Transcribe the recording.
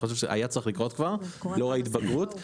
חושב שהיה צריך לקרות כבר לאור ההתבגרות.